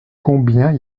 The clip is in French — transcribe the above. combien